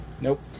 Nope